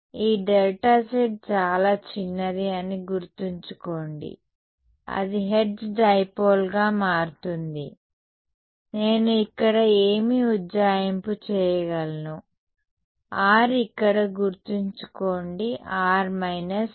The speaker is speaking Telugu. ఈ Δz చాలా చిన్నది అని గుర్తుంచుకోండి అది హెర్ట్జ్ డైపోల్ గా మారుతుంది నేను ఇక్కడ ఏమి ఉజ్జాయింపు చేయగలను R ఇక్కడ గుర్తుంచుకోండి |r − r′|